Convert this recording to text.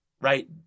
right